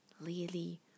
Lily